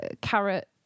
carrot